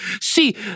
See